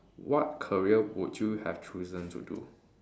what career would you have chosen to do